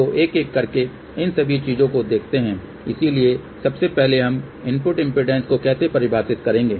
तो एक एक करके इन सभी चीजों को देखते हैं इसलिए सबसे पहले हम इनपुट इम्पीडेन्स को कैसे परिभाषित करगें